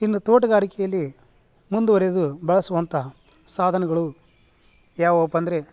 ಇನ್ನು ತೋಟಗಾರಿಕೆಯಲ್ಲಿ ಮುಂದುವರೆದು ಬಳಸುವಂಥ ಸಾಧನಗಳು ಯಾವುವಪ್ಪ ಅಂದರೆ